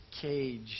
cage